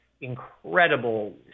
incredible